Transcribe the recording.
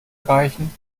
reichen